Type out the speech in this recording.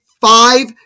five